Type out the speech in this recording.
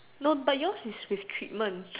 no but yours is with treatment